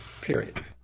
period